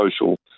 social